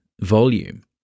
volume